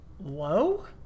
low